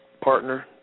partner